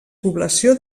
població